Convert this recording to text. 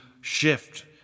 shift